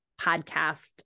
podcast